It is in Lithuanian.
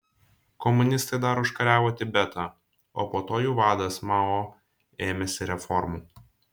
komunistai dar užkariavo tibetą o po to jų vadas mao ėmėsi reformų